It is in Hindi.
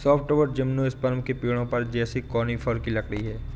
सॉफ्टवुड जिम्नोस्पर्म के पेड़ों जैसे कॉनिफ़र की लकड़ी है